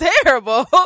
terrible